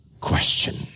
question